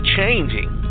changing